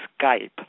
Skype